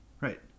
right